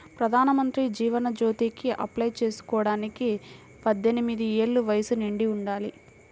ప్రధానమంత్రి జీవన్ జ్యోతికి అప్లై చేసుకోడానికి పద్దెనిది ఏళ్ళు వయస్సు నిండి ఉండాలి